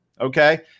okay